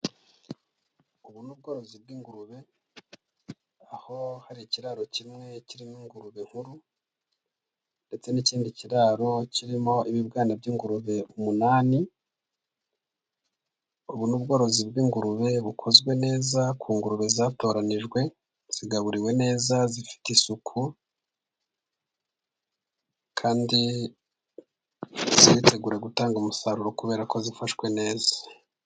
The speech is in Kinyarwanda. Ubu ni ubworozi bw'ingurube, aho hari ikiraro kimwe kirimo ingurube nkuru, ndetse n'ikindi kiraro kirimo ibibwana by'ingurube umunani, ubu ni bworozi bw'ingurube bukozwe neza, ku ngurube zatoranijwe, zigaburiwe neza, zifite isuku, kandi ziritegura gutanga umusaruro kubera ko zifashwe neza.